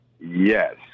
Yes